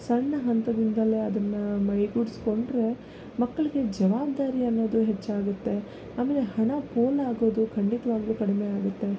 ಸಣ್ಣ ಹಂತದಿಂದಲೇ ಅದನ್ನು ಮೈಗೂಡಿಸ್ಕೊಂಡ್ರೆ ಮಕ್ಳಿಗೆ ಜವಾಬ್ದಾರಿ ಅನ್ನೋದು ಹೆಚ್ಚಾಗುತ್ತೆ ಆಮೇಲೆ ಹಣ ಪೋಲಾಗೋದು ಖಂಡಿತವಾಗ್ಲೂ ಕಡಿಮೆ ಆಗತ್ತೆ